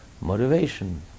motivation